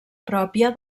pròpia